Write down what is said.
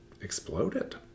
exploded